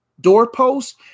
doorpost